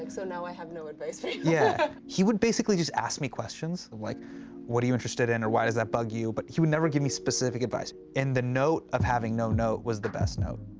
like so now, i have no advice for you. yeah he would basically just ask me questions of like what are you interested in? or why does that bug you? but he would never give me specific advice. and the note of having no note was the best note.